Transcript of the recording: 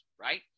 right